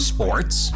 Sports